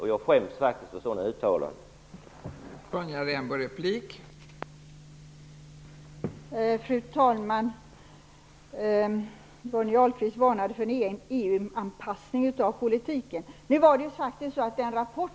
Jag skäms faktiskt när sådana uttalanden görs.